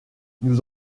nous